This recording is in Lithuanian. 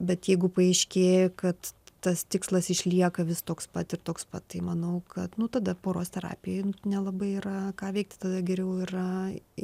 bet jeigu paaiškėja kad tas tikslas išlieka vis toks pat ir toks pat tai manau kad nu tada poros terapijoj nelabai yra ką veikti tada geriau yra